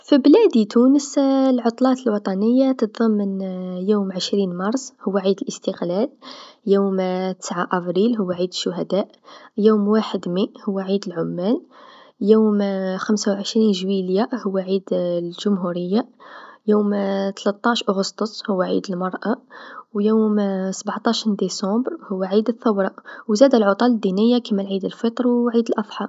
بلادي تونس العطلات الوطنيه يوم عشرين مارس هو عيد الإستقلال، يوم تسعه أفريل هو يوم الشهداء، يوم واحد ماي هو عيد العمال، يوم خمسا و عشرين جويلية هو عيد الجمهوريه، يوم تلاتاعش أغسطس هو عيد المرأ، و يوم سبعتاش ديسمبر هو عيد الثوره، و زادا العطل الدينيه كيما عيد الفطر و عيد الأضحى.